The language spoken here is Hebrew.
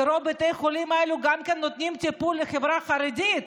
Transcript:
כי רוב בתי החולים האלו גם כן נותנים טיפול לחברה החרדית,